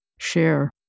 share